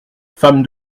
femme